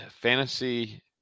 fantasy